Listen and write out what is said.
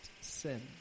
sin